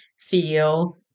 feel